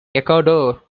ecuador